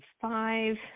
five